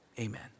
amen